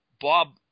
Bob